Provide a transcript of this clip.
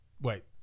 wait